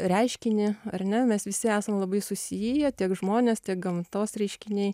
reiškinį ar ne mes visi esam labai susiję tiek žmonės tiek gamtos reiškiniai